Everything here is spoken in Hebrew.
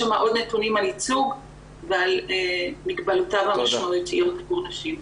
יש שם עוד נתונים על הייצוג ועל מגבלותיו המשמעותיות עבור נשים.